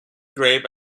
grave